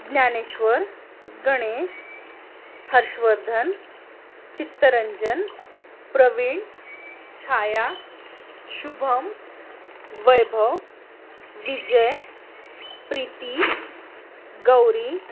Dnyaneshwar Ganesh Harshvardhan Chittaranjan Praveen Chhaya Shubham Vaibhav Vijay Preeti Gauri